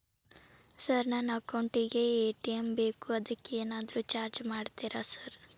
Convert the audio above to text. Sir ನನ್ನ account ಗೇ ATM ಬೇಕು ಅದಕ್ಕ ಏನಾದ್ರು ಚಾರ್ಜ್ ಮಾಡ್ತೇರಾ ಸರ್?